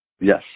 Yes